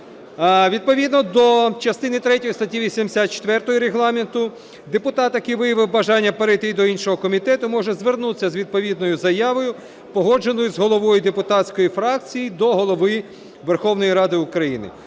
Відповідно до частини третьої статті 84 Регламенту депутат, який виявив бажання перейти до іншого комітету, може звернутися з відповідною заявою, погодженою з головою депутатської фракції до Голови Верховної Ради України.